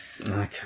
Okay